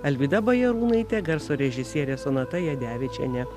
alvyda bajarūnaitė garso režisierė sonata jadevičienė